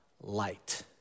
Light